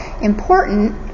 important